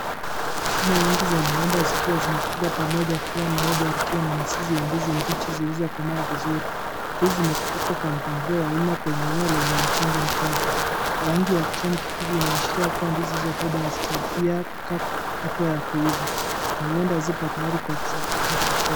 Shina nyingi za migomba zikiwa zimefungwa pamoja. Kila mmoja likiwa na mizizi ya ndizi mbichi zilizokooma vizuri. Ndizi zimechipukwa kwa mpangilio wa wima kwenye eneo lenye mchanga mkavu. Rangi ya kijani kibichi inaashiria kuwa ndizi hizo bado hazijafika hatua ya kuiva na huenda haziko tayari kwa kusafirishwa sokoni.